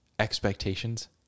expectations